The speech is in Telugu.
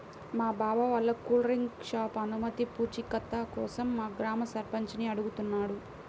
మా బావ వాళ్ళ కూల్ డ్రింక్ షాపు అనుమతి పూచీకత్తు కోసం మా గ్రామ సర్పంచిని అడుగుతున్నాడు